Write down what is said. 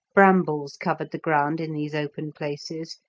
brambles covered the ground in these open places,